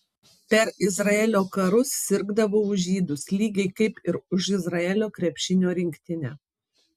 per izraelio karus sirgdavau už žydus lygiai kaip ir už izraelio krepšinio rinktinę